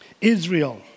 Israel